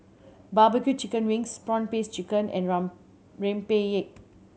bbq chicken wings prawn paste chicken and rempeyek